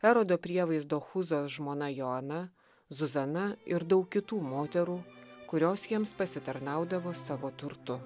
erodo prievaizdo chuzo žmona joana zuzana ir daug kitų moterų kurios jiems pasitarnaudavo savo turtu